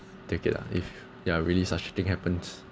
take it lah if ya really such a thing happens